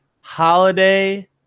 Holiday